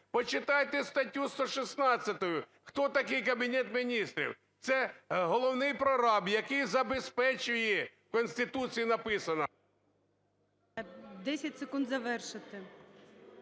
Почитайте статтю 116, хто такий Кабінет Міністрів. Це головний прораб, який забезпечує, в Конституції написано…